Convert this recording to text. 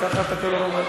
ככה התקנון אומר.